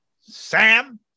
Sam